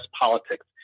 politics